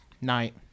Night